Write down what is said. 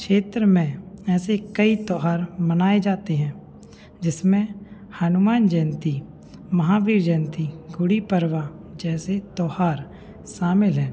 क्षेत्र में ऐसे कई त्यौहार मनाए जाते हैं जिसमें हनुमान जयंती महावीर जयंती गुड़ीपर्व जैसे त्यौहार शामिल हैं